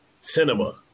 cinema